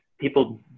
people